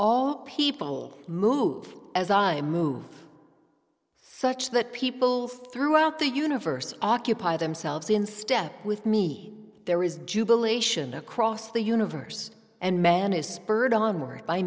all people move as i move such that people throughout the universe occupy themselves in step with me there is jubilation across the universe and man is spurred on word by